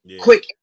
Quick